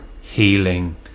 healing